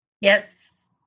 Yes